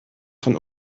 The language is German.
von